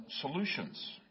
solutions